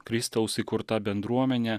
kristaus įkurta bendruomenė